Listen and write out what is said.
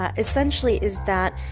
ah essentially, is that,